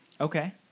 Okay